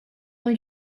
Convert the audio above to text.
ont